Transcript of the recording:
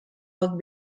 out